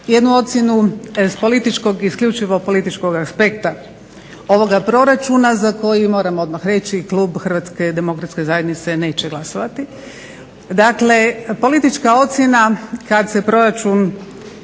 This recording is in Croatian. jednu ocjenu isključivo s političkog aspekta ovoga proračuna za koji odmah moram reći Klub HDZ-a neće glasovati. Dakle, politička ocjena kada se proračun